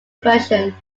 version